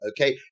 Okay